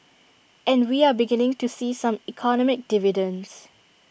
and we are beginning to see some economic dividends